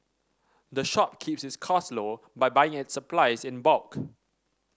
the shop keeps its cost low by buying its supplies in bulk